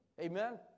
Amen